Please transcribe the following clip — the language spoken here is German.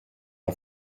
der